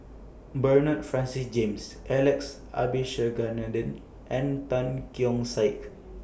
Bernard Francis James Alex Abisheganaden and Tan Keong Saik